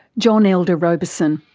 john elder robison.